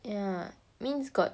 ya means got